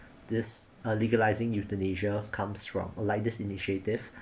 this uh legalising euthanasia comes from like this initiative